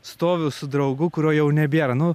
stoviu su draugu kurio jau nebėra nu